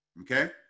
okay